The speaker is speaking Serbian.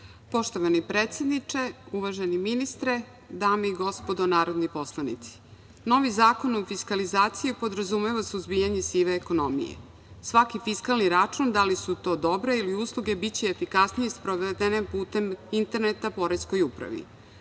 Poštovani predsedniče, uvaženi ministre, dame i gospodo narodni poslanici, novi Zakon o fiskalizaciji podrazumeva suzbijanje sive ekonomije. Svaki fiskalni račun, da li su to dobra ili usluge, biće efikasnije sproveden putem interneta poreskoj upravi.